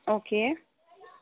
okay